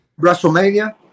Wrestlemania